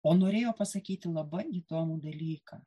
o norėjo pasakyti labai įdomų dalyką